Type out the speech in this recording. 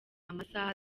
amasaha